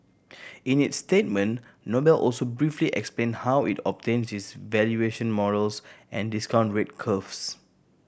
in its statement Noble also briefly explained how it obtains its valuation models and discount rate curves